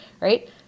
right